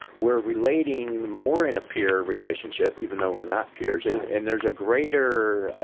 we're relating more in a peer relationship even though we're not peers, and and there's a greater